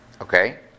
Okay